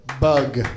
Bug